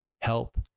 help